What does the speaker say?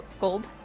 gold